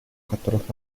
которых